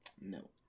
No